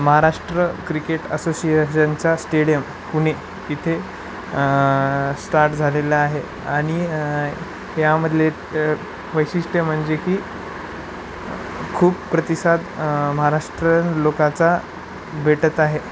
Maharashtra cricket असोसिएशनचा stadium Pune इथे start झालेला आहे आणि यामधले वैशिष्ट्य म्हणजे की खूप प्रतिसाद महाराष्ट्र लोकाचा भेटत आहे